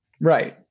Right